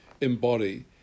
embody